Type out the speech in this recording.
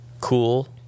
cool